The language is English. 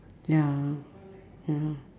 ya ya